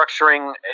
structuring